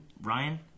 Ryan